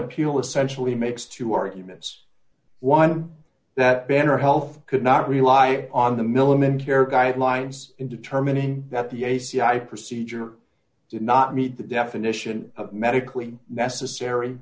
appeal essentially makes two arguments one that better health could not rely on the milliman care guidelines in determining that the a c i procedure did not meet the definition of medically necessary